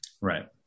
Right